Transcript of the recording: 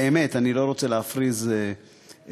באמת, אני לא רוצה להפריז בחשיבותה.